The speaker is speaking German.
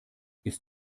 ist